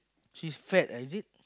she fat ah is it